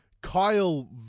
Kyle